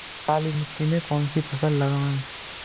काली मिट्टी में कौन सी फसल लगाएँ?